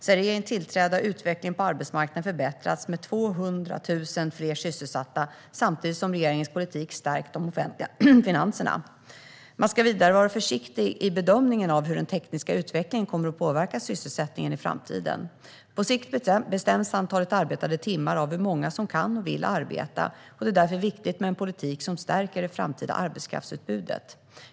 Sedan regeringen tillträdde har utvecklingen på arbetsmarknaden förbättrats med 200 000 fler sysselsatta, samtidigt som regeringens politik stärkt de offentliga finanserna. Man ska vidare vara försiktig i bedömningen av hur den tekniska utvecklingen kommer att påverka sysselsättningen i framtiden. På sikt bestäms antalet arbetade timmar av hur många som kan och vill arbeta, och det är därför viktigt med en politik som stärker det framtida arbetskraftsutbudet.